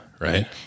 right